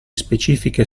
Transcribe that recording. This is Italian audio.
specifiche